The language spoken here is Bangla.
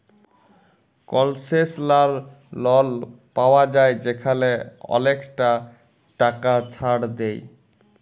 কলসেশলাল লল পাউয়া যায় যেখালে অলেকটা টাকা ছাড় দেয়